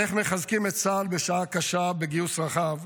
איך מחזקים את צה"ל בשעה קשה בגיוס רחב,